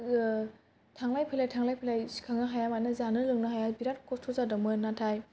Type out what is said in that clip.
थांलाय फैलाय थांलाय फैलाय सिखारनो हाया मानो जानो लोंनो हाया बिराथ खस्थ' जादोंमोन नाथाय